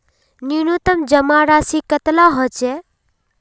न्यूनतम जमा राशि कतेला होचे?